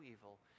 evil